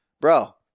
bro